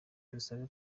dusabe